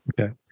Okay